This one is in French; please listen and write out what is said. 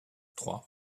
trois